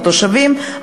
התושבים,